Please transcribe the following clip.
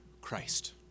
Christ